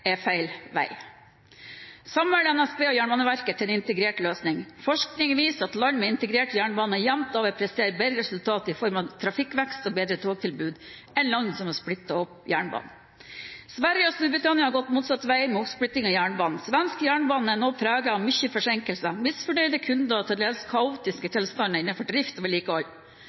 er feil vei å gå. Man bør samle NSB og Jernbaneverket til en integrert løsning. Forskning viser at land med integrert jernbane jevnt over presterer bedre resultater i form av trafikkvekst og bedre togtilbud enn land som har splittet opp jernbanen. Sverige og Storbritannia har gått motsatt vei, med oppsplitting av jernbanen. Svensk jernbane er nå preget av mye forsinkelser, misfornøyde kunder og til dels kaotiske